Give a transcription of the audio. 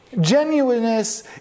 Genuineness